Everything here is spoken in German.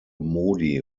modi